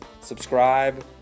subscribe